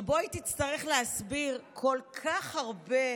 שבו היא תצטרך להסביר כל כך הרבה